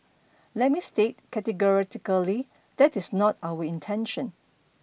let me state categorically that is not our intention